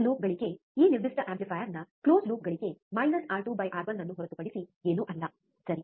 ಮುಚ್ಚಿದ ಲೂಪ್ ಗಳಿಕೆ ಈ ನಿರ್ದಿಷ್ಟ ಆಂಪ್ಲಿಫೈಯರ್ನ ಮುಚ್ಚಿದ ಲೂಪ್ ಗಳಿಕೆ ಆರ್2ಆರ್1 R2 R1 ಅನ್ನು ಹೊರತುಪಡಿಸಿ ಏನೂ ಅಲ್ಲ ಸರಿ